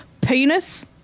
penis